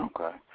Okay